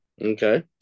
Okay